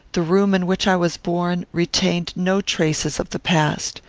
the room in which i was born, retained no traces of the past.